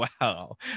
wow